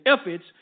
efforts